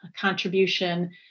contribution